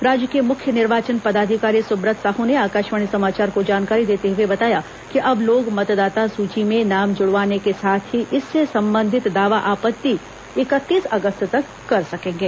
राज्य के मुख्य निर्वाचन पदाधिकारी सुब्रत साहू ने आकाशवाणी समाचार को जानकारी देते हुए बताया कि अब लोग मतदाता सूची में नाम जुड़वाने के साथ ही इससे संबंधित दावा आपत्ति इकतीस अगस्त तक कर सकेंगे